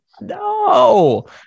No